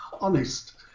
Honest